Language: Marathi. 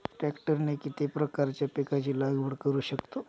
ट्रॅक्टरने किती प्रकारच्या पिकाची लागवड करु शकतो?